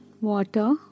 Water